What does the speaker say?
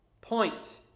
point